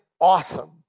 awesome